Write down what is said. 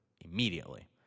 immediately